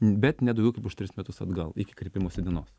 bet ne daugiau kaip už tris metus atgal iki kreipimosi dienos